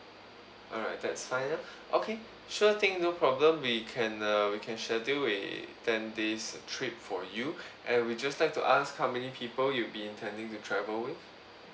alright that's fine ah okay sure thing no problem we can uh we can schedule a ten days trip for you and we just like to ask how many people you'll be intending to travel with